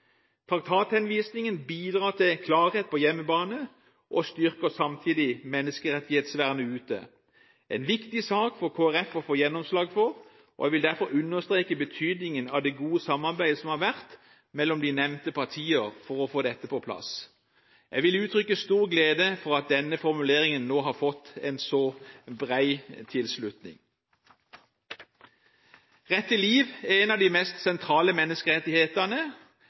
Traktathenvisningen bidrar til klarhet på hjemmebane og styrker samtidig menneskerettighetsvernet ute. Det er en viktig sak for Kristelig Folkeparti å få gjennomslag for, og jeg vil derfor understreke betydningen av det gode samarbeidet som har vært mellom de nevnte partier for å få dette på plass. Jeg vil uttrykke stor glede for at denne formuleringen nå har fått en så bred tilslutning. Rett til liv er en av de mest sentrale menneskerettighetene.